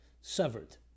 severed